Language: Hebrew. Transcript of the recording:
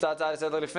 הצעה לסדר.